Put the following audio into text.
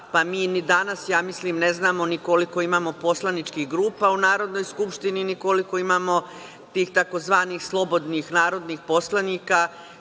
pa mi ni danas, ja mislim, ne znamo ni koliko imamo poslaničkih grupa u Narodnoj skupštini ni koliko imamo tih tzv. „slobodnih narodnih poslanika“